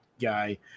guy